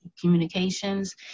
communications